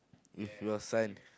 if your son